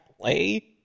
play